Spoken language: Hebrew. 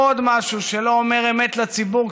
עוד משהו שלא אומר אמת לציבור,